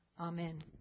Amen